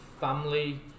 family